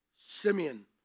Simeon